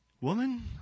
Woman